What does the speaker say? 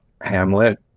Hamlet